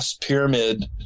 Pyramid